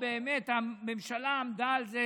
באמת הממשלה עמדה על זה